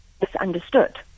misunderstood